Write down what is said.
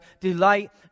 delight